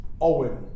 Owen